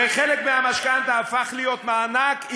וחלק מהמשכנתה הפך להיות מענק,